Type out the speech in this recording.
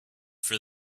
for